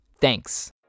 Thanks